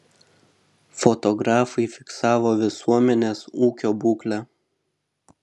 fotografai fiksavo visuomenės ūkio būklę